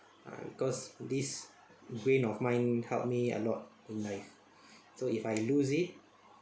uh because this brain of mine help me a lot in life so if I lose it